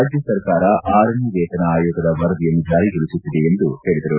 ರಾಜ್ಯ ಸರ್ಕಾರ ಆರನೇ ವೇತನ ಆಯೋಗದ ವರದಿಯನ್ನು ಜಾರಿಗೊಳಿಸುತ್ತಿದೆ ಎಂದು ಹೇಳಿದರು